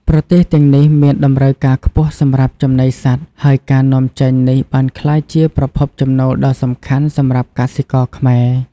ប្រទេសទាំងនេះមានតម្រូវការខ្ពស់សម្រាប់ចំណីសត្វ ហើយការនាំចេញនេះបានក្លាយជាប្រភពចំណូលដ៏សំខាន់សម្រាប់កសិករខ្មែរ។